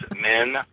men